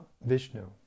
Vishnu